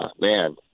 man